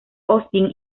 austin